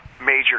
major